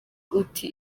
uti